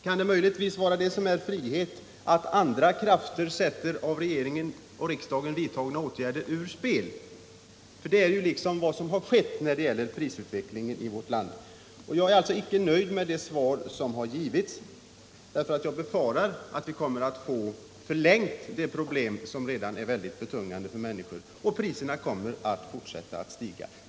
Kan det möjligtvis vara frihet att andra krafter sätter av regeringen och riksdagen vidtagna åtgärder ur spel? Det är vad som har skett när det gäller prisutvecklingen i vårt land. Jag är alltså icke nöjd med det svar som har givits, eftersom jag befarar att vi kommer att få det problem förlängt som redan är mycket betungande för människor — och att priserna kommer att fortsätta att stiga.